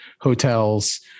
hotels